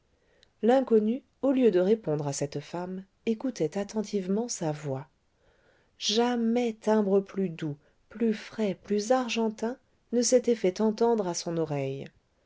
l'inconnu au lieu de répondre à cette femme écoutait attentivement sa voix jamais timbre plus doux plus frais plus argentin ne s'était fait entendre à son oreille